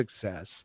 success –